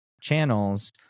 channels